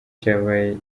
cyabaye